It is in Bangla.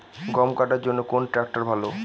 গম কাটার জন্যে কোন ট্র্যাক্টর ভালো?